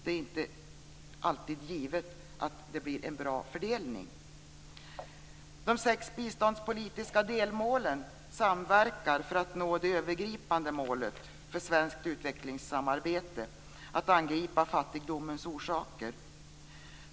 Det är inte alltid givet att det blir en bra fördelning. De sex biståndspolitiska delmålen samverkar för att nå det övergripande målet för svenskt utvecklingssamarbete att angripa fattigdomens orsaker.